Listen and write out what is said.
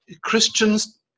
Christians